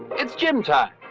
it's gym time.